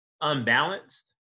unbalanced